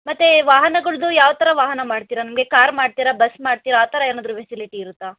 ಮತ್ತೆ ವಾಹನಗಳದ್ದು ಯಾವ ಥರ ವಾಹನ ಮಾಡ್ತೀರಾ ನಮಗೆ ಕಾರ್ ಮಾಡ್ತೀರಾ ಬಸ್ ಮಾಡ್ತೀರಾ ಆ ಥರ ಏನಾದ್ರೂ ಫೆಸಿಲಿಟಿ ಇರುತ್ತಾ